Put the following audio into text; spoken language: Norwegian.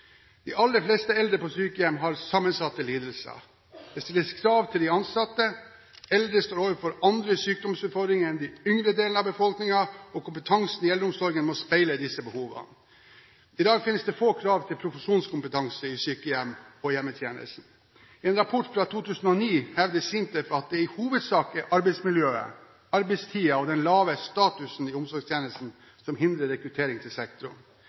De aller fleste eldre på sykehjem har sammensatte lidelser. Det stilles krav til de ansatte. Eldre står overfor andre sykdomsutfordringer enn de yngre i befolkningen, og kompetansen i eldreomsorgen må speile disse behovene. I dag finnes det få krav til profesjonskompetanse i sykehjem og i hjemmetjenesten. I en rapport fra 2009 hevder SINTEF at det i hovedsak er arbeidsmiljøet, arbeidstiden og den lave statusen i omsorgstjenesten som hindrer rekruttering til sektoren.